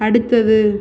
அடுத்தது